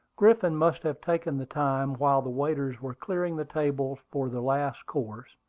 griffin must have taken the time while the waiters were clearing the tables for the last course,